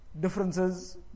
differences